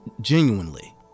Genuinely